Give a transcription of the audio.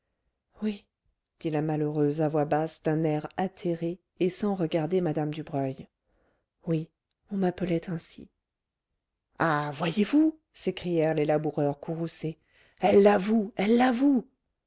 oui dit la malheureuse à voix basse d'un air atterré et sans regarder mme dubreuil oui on m'appelait ainsi ah voyez-vous s'écrièrent les laboureurs courroucés elle l'avoue elle l'avoue